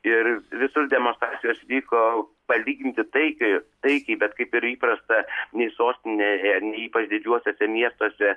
ir visos demonstracijos vyko palyginti taikioj taikiai bet kaip ir įprasta nei sostinėje ypač didžiuosiuose miestuose